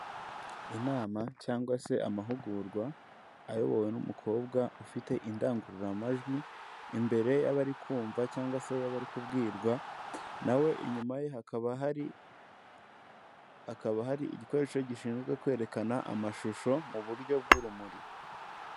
Inama cyangwa se amahugurwa, ayobowe n'umukobwa ufite indangururamajwi, imbere y'abari kumva cyangwa se y'abariakubwirwa, nawe inyuma ye hakaba hari igikoresho gishinzwe kwerekana amashusho mu buryo bw'urumuri.